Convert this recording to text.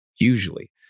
usually